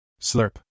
Slurp